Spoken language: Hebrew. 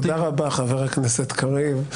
תודה רבה חבר הכנסת קריב.